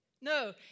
No